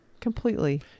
Completely